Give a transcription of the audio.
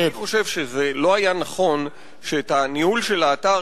אני חושב שגם לא היה נכון לתת את הניהול של האתר